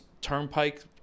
turnpike